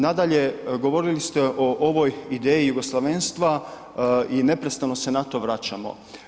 Nadalje, govorili ste o ovoj ideji jugoslavenstva i neprestano se na to vraćamo.